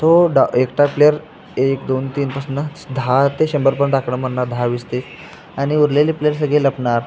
तो डा एकटा प्लेअर एक दोन तीनपासून दहा ते शंभरपर्यंत आकडे म्हणणार दहा वीस ते आणि उरलेले प्लेअर सगळे लपणार